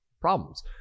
problems